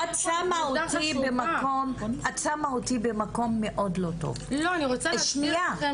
את שמה אותי במקום מאוד לא טוב כי ליבי יוצא אלייך,